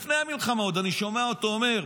לפני המלחמה עוד אני שומע אותו אומר,